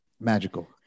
Magical